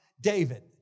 David